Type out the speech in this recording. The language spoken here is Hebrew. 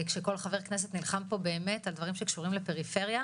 כשכל חבר כנסת נלחם פה באמת על דברים שקורים לפריפריה,